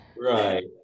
Right